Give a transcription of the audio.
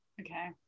Okay